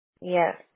yes